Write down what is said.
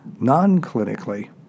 Non-clinically